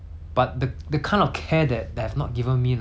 may~ 通常啊通常